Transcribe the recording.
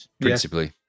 Principally